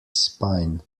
spine